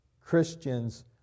Christians